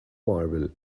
marble